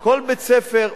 כל בית-ספר,